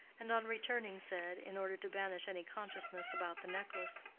and on returning said, in order to banish any consciousness about the necklace,